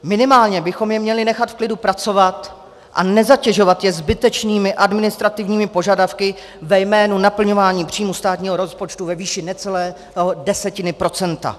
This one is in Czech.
Minimálně bychom je měli nechat v klidu pracovat a nezatěžovat je zbytečnými administrativními požadavky ve jménu naplňování příjmu státního rozpočtu ve výši necelé desetiny procenta.